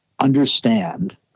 understand